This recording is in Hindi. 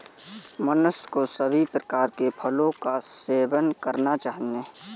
मनुष्य को सभी प्रकार के फलों का सेवन करना चाहिए